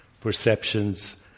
perceptions